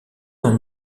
dans